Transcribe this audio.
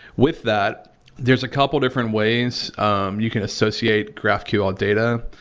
with that there's a couple different ways um you can associate graphql data.